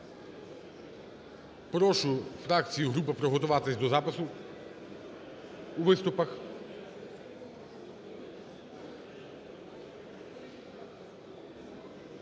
Прошу фракції і групи приготуватись до запису у виступах.